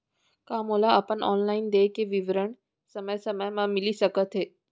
का मोला अपन ऑनलाइन देय के विवरण समय समय म मिलिस सकत हे?